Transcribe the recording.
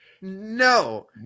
No